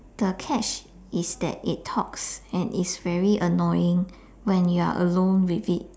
the catch is that it talks and is very annoying when you are alone with it